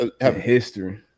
history